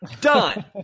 Done